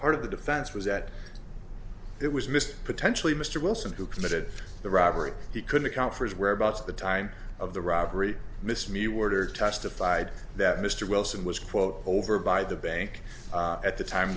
part of the defense was that it was mr potentially mr wilson who committed the robbery he could account for his whereabouts at the time of the robbery miss myu werder testified that mr wilson was quote over by the bank at the time